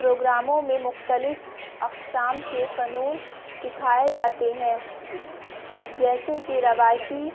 پروگراموں میں مختلف اقسام کے فنون سکھائے جاتے ہیں جیسے کہ روایتی